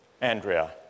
Andrea